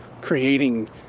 creating